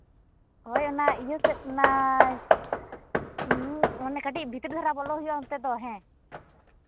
ᱦᱳᱭ ᱚᱱᱟ ᱤᱭᱟᱹ ᱥᱮᱜ ᱚᱱᱟ ᱚᱱᱟ ᱠᱟᱹᱴᱤᱡ ᱵᱷᱤᱛᱤᱨ ᱫᱷᱟᱨᱟ ᱵᱚᱞᱚ ᱦᱩᱭᱩᱜᱼᱟ ᱦᱮᱸ